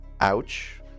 Ouch